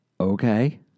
Okay